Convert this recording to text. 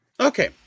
Okay